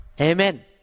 Amen